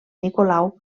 nicolau